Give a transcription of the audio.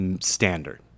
standard